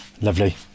Lovely